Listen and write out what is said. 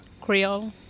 Creole